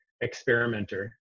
experimenter